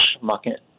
market